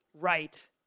right